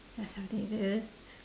ya something like that ah